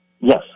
Yes